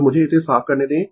तो मुझे इसे साफ करने दें